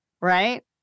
right